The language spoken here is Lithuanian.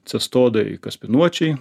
cestodai kaspinuočiai